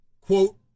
quote